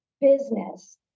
business